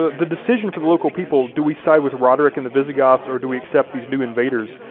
the decision for the local people, do we side with roderick and the visigoths or do we accept these new invaders,